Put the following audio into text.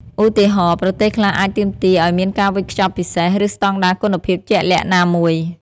ឧទាហរណ៍ ប្រទេសខ្លះអាចទាមទារឲ្យមានការវេចខ្ចប់ពិសេស ឬស្តង់ដារគុណភាពជាក់លាក់ណាមួយ។